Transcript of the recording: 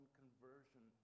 conversion